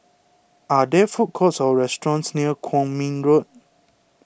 are there food courts or restaurants near Kwong Min Road